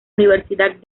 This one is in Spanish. universidad